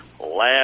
last